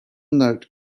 note